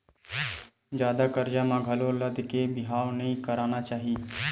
जादा करजा म घलो लद के बिहाव नइ करना चाही